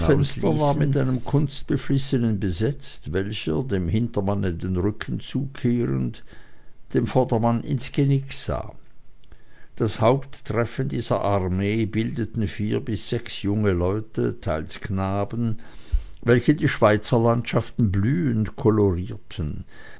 mit einem kunstbeflissenen besetzt welcher dem hintermanne den rücken zukehrend dem vordermanne ins genick sah das haupttreffen dieser armee bildeten vier bis sechs junge leute teils knaben welche die schweizerlandschaften blühend kolorierten